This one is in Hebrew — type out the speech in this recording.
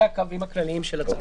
אלה הקווים הכלליים של הצעת החוק.